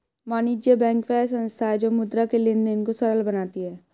वाणिज्य बैंक वह संस्था है जो मुद्रा के लेंन देंन को सरल बनाती है